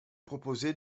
proposé